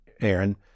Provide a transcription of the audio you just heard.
Aaron